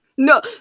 No